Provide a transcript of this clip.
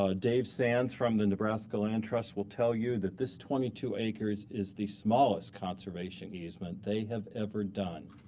ah dave sands from the nebraska land trust will tell you that this twenty two acres is the smallest conservation easement they have ever done.